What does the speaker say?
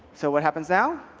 so what happens now?